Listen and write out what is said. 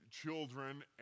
children